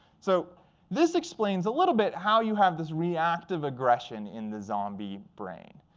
so this explains a little bit how you have this reactive aggression in the zombie brain.